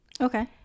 Okay